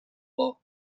war